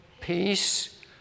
peace